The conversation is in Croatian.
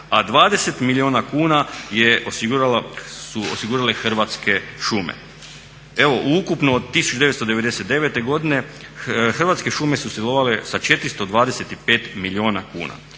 a 20 milijuna kuna su osigurale Hrvatske šume. Evo u ukupno od 1999.godine Hrvatske šume su sudjelovale sa 425 milijuna kuna,